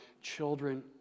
children